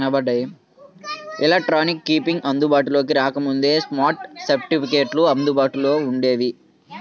electronic keeping అందుబాటులోకి రాకముందు, stock సర్టిఫికెట్లు అందుబాటులో వుండేవి